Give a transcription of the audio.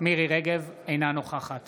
אינה נוכחת